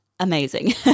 amazing